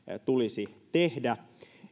tulisi tehdä